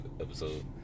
episode